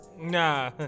Nah